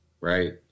right